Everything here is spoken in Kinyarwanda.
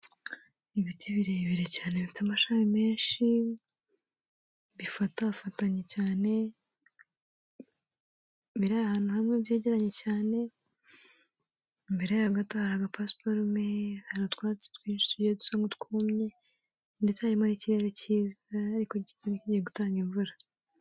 Ibiti birebire cyane bifite amashami menshi, bifatafatanye cyane, biri ahantu hamwe byegeranye cyane, imbere yaho gato hari agapasiporume, hari utwatsi twinshi tugiye dusa nutwumye ndetse harimo n' ikirere cyiza, ariko gisa n'ikigiye gutangira imvura.